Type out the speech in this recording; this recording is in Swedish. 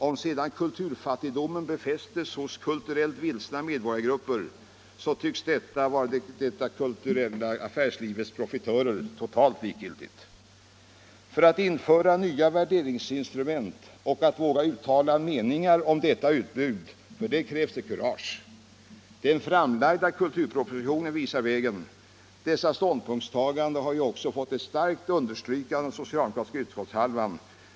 Om sedan kulturfattigdomen befästes hos kulturellt vilsna medborgargrupper, så tycks detta vara det kulturella affärslivets profitörer totalt likgiltigt. För att införa nya värderingsinstrument och att våga uttala meningar om detta utbud krävs kurage. Den framlagda kulturpropositionen visar vägen. Dessa ståndpunktstaganden har ju också fått ett starkt understrykande av den socialdemokratiska utskottshalvan.